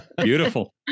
beautiful